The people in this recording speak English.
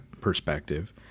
perspective